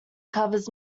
covers